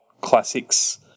classics